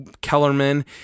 Kellerman